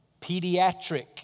pediatric